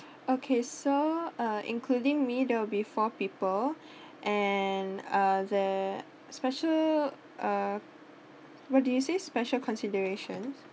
okay so uh including me there'll be four people and uh there special uh what did you say special considerations